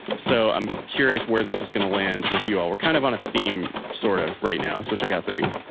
so, i'm curious where this is going to land with you all. we're kind of on a theme, sort of, right now. so, check out three.